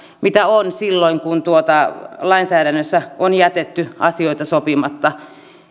mitä on silloin kun lainsäädännössä on jätetty asioita sopimatta